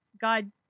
God